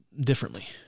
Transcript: differently